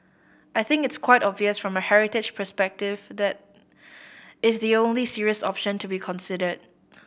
I think it's quite obvious from a heritage perspective that is the only serious option to be considered